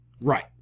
Right